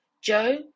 Joe